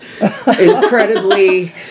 incredibly